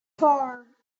four